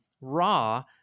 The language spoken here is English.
raw